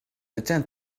attend